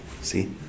See